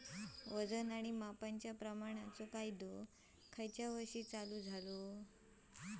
वजन आणि मापांच्या प्रमाणाचो कायदो खयच्या वर्षी चालू केलो?